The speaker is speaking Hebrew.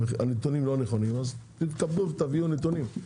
שהנתונים לא נכונים, אז תתכבדו ותביאו נתונים.